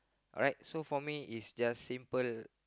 right so for me is just simple